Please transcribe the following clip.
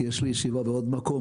כי יש לי ישיבה בעוד מקום.